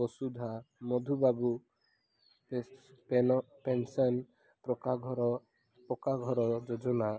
Basudha Madhubabu pension ପକ୍କା ଘର ପକ୍କାଘର ଯୋଜନା